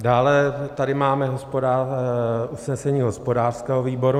Dále tady máme usnesení hospodářského výboru.